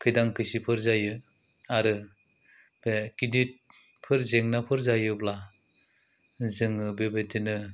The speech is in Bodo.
खैदां खैसिफोर जायो आरो बे गिदिथफोर जेंनाफोर जायोब्ला जोङो बेबायदिनो